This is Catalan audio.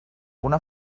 una